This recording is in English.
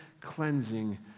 cleansing